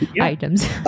items